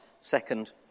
second